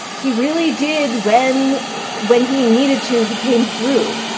he really did when when he needed to. he came through.